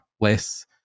less